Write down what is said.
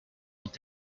ont